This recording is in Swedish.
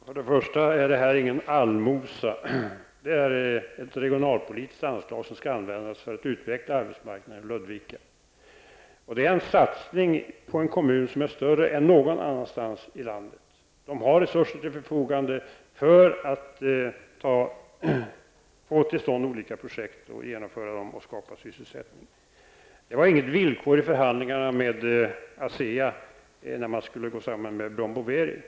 Herr talman! För det första är det inte fråga om någon allmosa. Det är ett regionalpolitiskt anslag som skall användas för att utveckla arbetsmarknaden i Ludvika. Detta är en satsning på en kommun som är större än någon annan satsning i landet. Det finns resurser för att genomföra olika projekt och skapa sysselsättning. Det var inget villkor i förhandlingarna med Asea när bolaget skulle gå sammans med Brown Boveri.